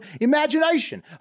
imagination